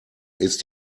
ist